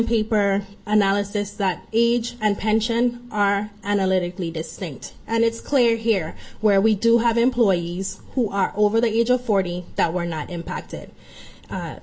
peeper analysis that age and pension are analytically distinct and it's clear here where we do have employees who are over the age of forty that were not impacted